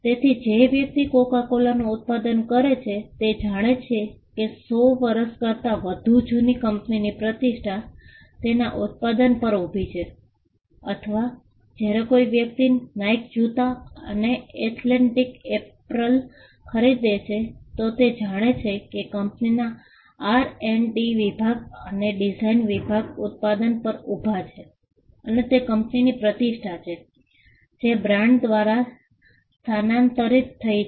તેથી જે વ્યક્તિ કોકા કોલાનું ઉત્પાદન કરે છે તે જાણે છે કે 100 વર્ષ કરતા વધુ જૂની કંપનીની પ્રતિષ્ઠા તેના ઉત્પાદન પર ઊભી છે અથવા જ્યારે કોઈ વ્યક્તિ નાઇક જૂતા અથવા એથલેટિક એપરલ ખરીદે છે તો તે જાણે કે કંપનીના આર એન્ડ ડી વિભાગ અને ડિઝાઈન વિભાગ ઉત્પાદન પર ઊભા છે અને તે કંપનીની પ્રતિષ્ઠા છે જે બ્રાન્ડ દ્વારા સ્થાનાંતરિત થઈ છે